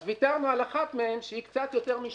אז ויתרנו על אחת מהן, שהיא קצת יותר משליש.